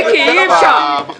מיקי, אי אפשר.